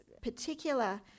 particular